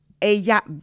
Ella